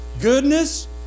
goodness